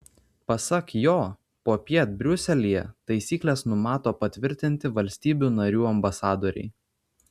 pasak jo popiet briuselyje taisykles numato patvirtinti valstybių narių ambasadoriai